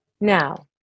Now